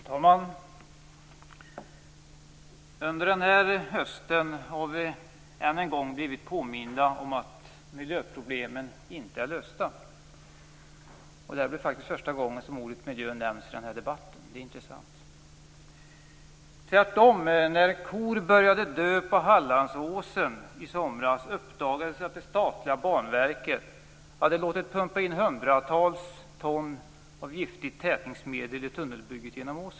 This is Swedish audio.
Fru talman! Under denna höst har vi än en gång blivit påminda om att miljöproblemen inte är lösta. Detta blir faktiskt första gången som ordet miljö nämns i denna debatt. Det är intressant. När kor började dö på Hallandsåsen i somras uppdagades att det statliga Banverket hade låtit pumpa in hundratals ton av giftigt tätningsmedel i tunnelbygget genom åsen.